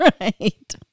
Right